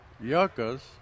yuccas